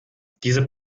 diese